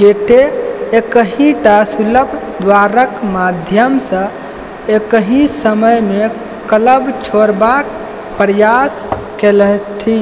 गेटे एक्केटा सुलभ द्वारक माध्यमसँ एक्कहि समयमे क्लब छोड़बाक प्रयास केलथि